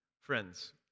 Friends